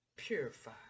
Purify